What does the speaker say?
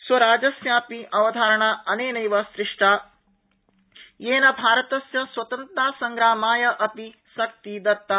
स्वराजस्यापि अवधारणा अनेनैव सृष्टा येन भारतस्य स्वतंत्रतासंग्रामाय अपि शक्ति दत्ता